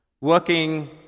working